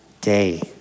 day